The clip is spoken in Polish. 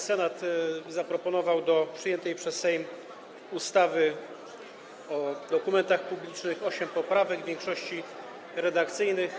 Senat zaproponował do przyjętej przez Sejm ustawy o dokumentach publicznych osiem poprawek, w większości redakcyjnych.